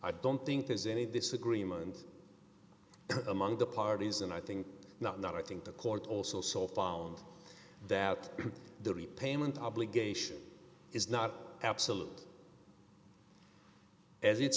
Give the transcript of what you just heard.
i don't think there's any disagreement among the parties and i think not not i think the court also saw found that the repayment obligation is not absolute